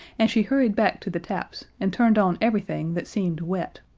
and she hurried back to the taps and turned on everything that seemed wet.